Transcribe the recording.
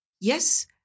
Yes